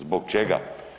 Zbog čega?